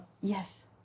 Yes